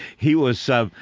he was, so